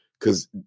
Cause